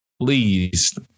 please